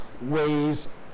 ways